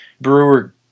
Brewer